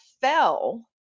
fell